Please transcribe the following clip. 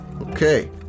Okay